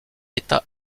état